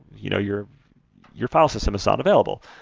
you know your your file system is not available.